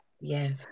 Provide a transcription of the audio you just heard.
Yes